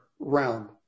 Round